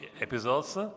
episodes